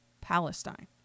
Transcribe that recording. Palestine